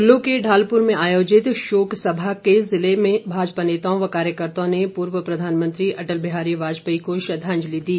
कुल्लू के ढालपुर में आयोजित शोक सभा में जिले के भाजपा नेताओं व कार्यकर्त्ताओं ने पूर्व प्रधानमंत्री अटल बिहारी वाजपेयी को श्रद्दांजलि दी